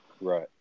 right